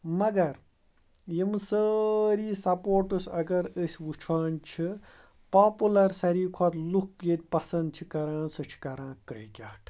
مگر یِم سٲری سپوٹٕس اگر أسۍ وٕچھان چھِ پاپُلَر ساروی کھۄتہٕ لُکھ ییٚتہِ پَسنٛد چھِ کَران سۄ چھِ کَران کِرٛکٮ۪ٹ